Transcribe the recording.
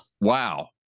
wow